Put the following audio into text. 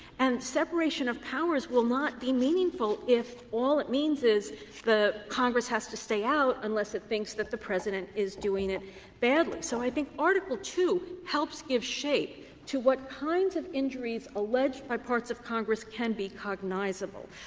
and separation of powers will not be meaningful if all it means is the congress has to stay out unless it thinks that the president is doing it badly. so i think article ii helps give shape to what kinds of injuries alleged by parts of congress can be cognizable.